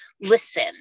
listen